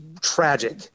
tragic